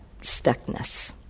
stuckness